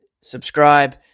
Subscribe